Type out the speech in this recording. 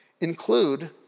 include